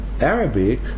Arabic